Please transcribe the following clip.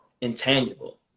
intangible